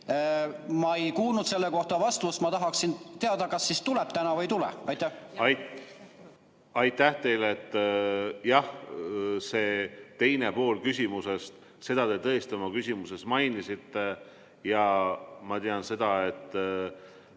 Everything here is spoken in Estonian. Ma ei kuulnud selle kohta vastust. Ma tahaksin teada, kas siis tuleb täna või ei tule. Aitäh teile! Jah, see teine pool küsimusest, seda te tõesti oma küsimuses mainisite ja ma tean seda, et